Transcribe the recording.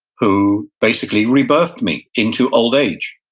who basically re-birthed me into old age.